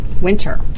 winter